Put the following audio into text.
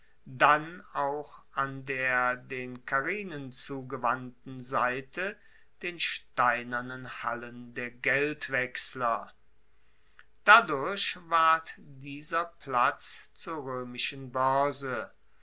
dann auch an der den carinen zugewandten seite den steinernen hallen der geldwechsler dadurch ward dieser platz zur roemischen boerse